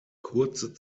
kurze